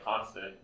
constant